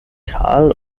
kahl